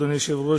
אדוני היושב-ראש,